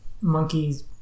monkeys